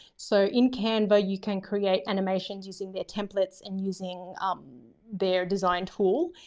so in canva you can create animations using their templates and using their designed tool.